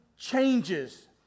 changes